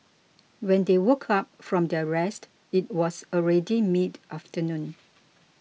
when they woke up from their rest it was already midafternoon